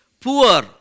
poor